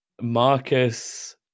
Marcus